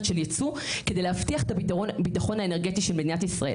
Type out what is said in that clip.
של ייצוא כדי להבטיח את הביטחון האנרגטי של מדינת ישראל.